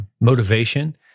motivation